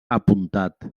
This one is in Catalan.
apuntat